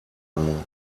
μου